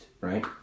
right